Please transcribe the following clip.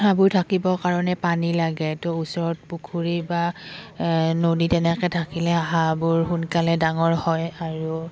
হাঁহবোৰ থাকিবৰ কাৰণে পানী লাগে তো ওচৰত পুখুৰী বা নদী তেনেকৈ থাকিলে হাঁহাবোৰ সোনকালে ডাঙৰ হয় আৰু